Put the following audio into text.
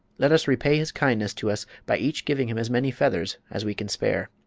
let us repay his kindness to us by each giving him as many feathers as we can spare.